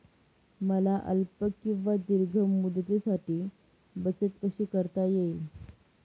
मला अल्प किंवा दीर्घ मुदतीसाठी बचत कशी करता येईल?